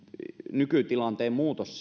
nykytilanteen muutos